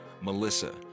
Melissa